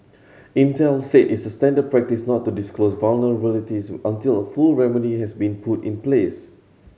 Intel said it's standard practice not to disclose vulnerabilities until full remedy has been put in place